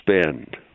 spend